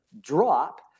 drop